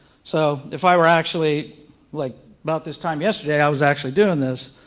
so if i were actually like about this time yesterday, i was actually doing this,